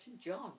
John